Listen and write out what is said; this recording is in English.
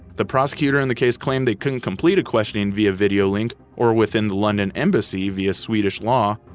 the prosecutor in the case claimed they couldn't complete a questioning via video link or within the london embassy via swedish law,